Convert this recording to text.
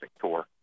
tour